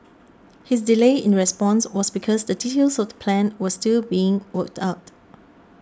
his delay in response was because the details of the plan were still being worked out